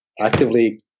actively